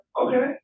okay